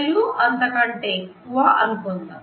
3000 అంతకంటే ఎక్కువ అనుకుందాం